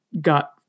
got